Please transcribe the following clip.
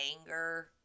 anger